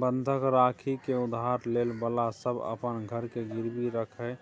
बंधक राखि के उधार ले बला सब अपन घर के गिरवी राखि